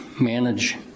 manage